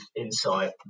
insight